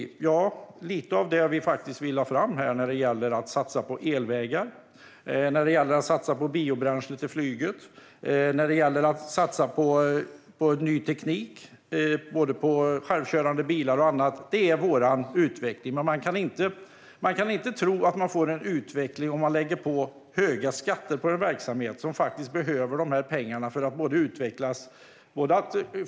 Det är lite av det vi lade fram i våra förslag när det gäller att satsa på elvägar, biobränsle till flyget och ny teknik med självkörande bilar och annat. Det är vår utveckling. Man kan inte tro att man får en utveckling om man lägger på höga skatter för en verksamhet som behöver de pengarna.